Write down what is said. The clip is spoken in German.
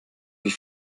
wie